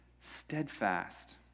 Steadfast